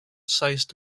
sized